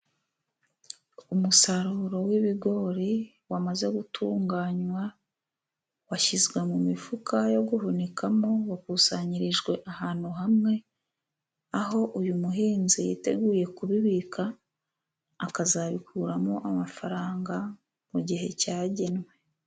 Umusaruro w'ibigori wamaze gutunganywa, washyizwe mu mifuka yo guhunikamo, wakusanyirijwe ahantu hamwe, aho uyu muhinzi yiteguye kubibika akazabikuramo amafaranga mu gihe cyagenwe.